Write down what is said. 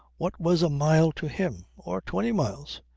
what was a mile to him or twenty miles?